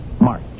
March